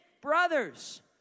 brothers